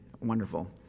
wonderful